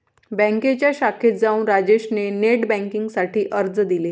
बँकेच्या शाखेत जाऊन राजेश ने नेट बेन्किंग साठी अर्ज दिले